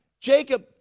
Jacob